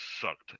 sucked